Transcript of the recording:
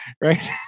right